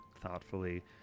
thoughtfully